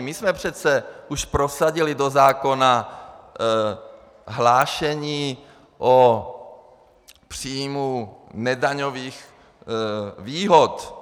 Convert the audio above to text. My už jsme přece prosadili do zákona hlášení o příjmu nedaňových výhod.